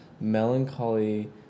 melancholy